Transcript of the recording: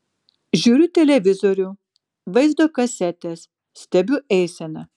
žiūriu televizorių vaizdo kasetes stebiu eiseną